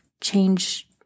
change